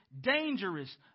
dangerous